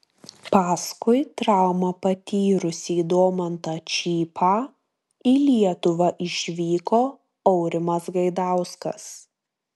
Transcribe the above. paskui traumą patyrusį domantą čypą į lietuvą išvyko aurimas gaidauskas